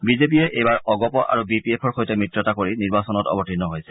বিজেপিয়ে এইবাৰ অগপ আৰু বি পি এফৰ সৈতে মিত্ৰতা কৰি নিৰ্বাচনত অৱতীৰ্ণ হৈছে